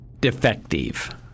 defective